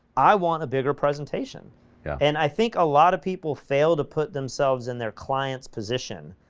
i want a bigger presentation yeah, and i think a lot of people fail to put themselves in their clients position,